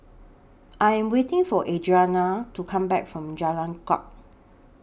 I Am waiting For Audrianna to Come Back from Jalan Kuak